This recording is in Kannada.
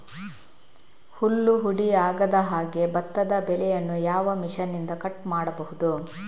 ಹುಲ್ಲು ಹುಡಿ ಆಗದಹಾಗೆ ಭತ್ತದ ಬೆಳೆಯನ್ನು ಯಾವ ಮಿಷನ್ನಿಂದ ಕಟ್ ಮಾಡಬಹುದು?